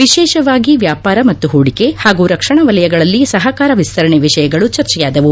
ವಿಶೇಷವಾಗಿ ವ್ಯಾಪಾರ ಮತ್ತು ಹೂಡಿಕೆ ಹಾಗೂ ರಕ್ಷಣಾ ವಲಯಗಳಲ್ಲಿ ಸಪಕಾರ ವಿಸ್ತರಣೆ ವಿಷಯಗಳು ಚರ್ಚೆಯಾದವು